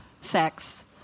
sex